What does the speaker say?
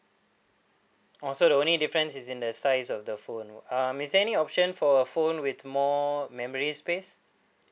oh so the only difference is in the size of the phone um is there any option for phone with more memory space